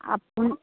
আপু